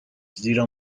زیرا